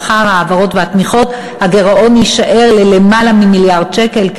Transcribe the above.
לאחר ההעברות והתמיכות יישאר גירעון של למעלה ממיליארד שקל,